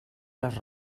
les